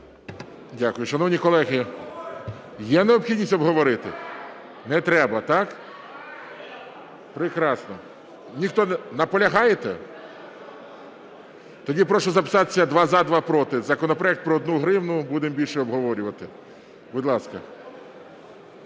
Дякую. Шановні колеги, є необхідність обговорити? Не треба. Так, прекрасно. Наполягаєте? Тоді прошу записатися: два – за, два – проти. Законопроект про одну гривню будемо більше обговорювати, будь ласка.